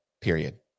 period